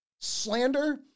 slander